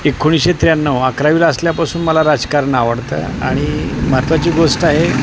एकोणीसशे त्र्याण्णव अकरावीला असल्यापासून मला राजकारण आवडतं आणि महत्त्वाची गोष्ट आहे